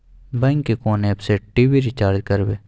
Bank के कोन app से टी.वी रिचार्ज करबे?